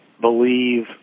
believe